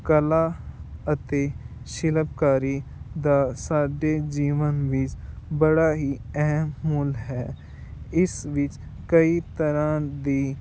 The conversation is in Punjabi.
ਕਲਾ ਅਤੇ ਸ਼ਿਲਪਕਾਰੀ ਦਾ ਸਾਡੇ ਜੀਵਨ ਵਿੱਚ ਬੜਾ ਹੀ ਅਹਿਮ ਮੁੱਲ ਹੈ ਇਸ ਵਿੱਚ ਕਈ ਤਰ੍ਹਾਂ ਦੀ